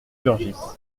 surgissent